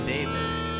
Davis